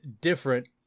different